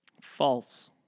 False